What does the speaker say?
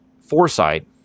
foresight